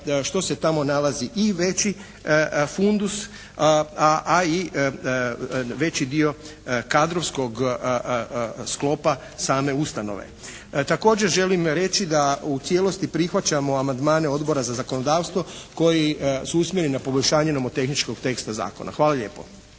što se tamo nalazi i veći fundus, a i veći dio kadrovskog sklopa same ustanove. Također želim reći da u cijelosti prihvaćamo amandmane Odbora za zakonodavstvo koji su usmjereni na poboljšanje nomo-tehničkog teksta zakona. Hvala lijepo.